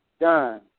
done